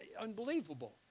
unbelievable